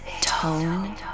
Tone